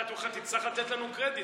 אתה תצטרך לתת לנו קרדיט,